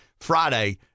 Friday